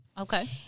Okay